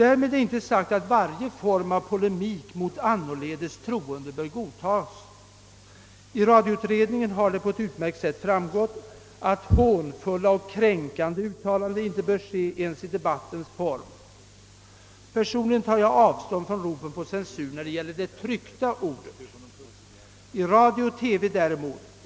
Därmed är inte sagt att varje form av polemik mot oliktänkande bör godtas. Av radioutredningen har på ett utmärkt sätt framgått att hånfulla och kränkande uttalanden inte bör tillåtas ens under debatter. Personligen tar jag avstånd från ropen på censur när det gäller det tryckta ordet.